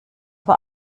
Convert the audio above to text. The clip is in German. vor